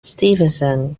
stevenson